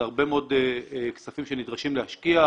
זה הרבה מאוד כספים שנדרשים להשקיע,